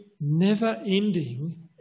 never-ending